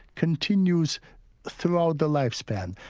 continues throughout the life span.